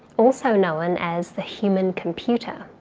also known as the human computer.